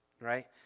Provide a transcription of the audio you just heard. right